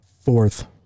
fourth